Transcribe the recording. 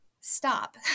stop